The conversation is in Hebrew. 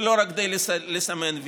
ולא רק כדי לסמן וי.